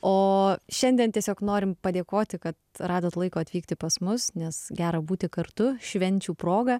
o šiandien tiesiog norim padėkoti kad radot laiko atvykti pas mus nes gera būti kartu švenčių proga